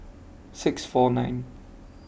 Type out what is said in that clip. six four nine